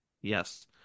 Yes